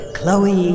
Chloe